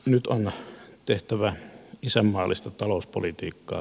nyt on tehtävä isänmaallista talouspolitiikkaa